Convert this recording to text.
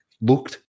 looked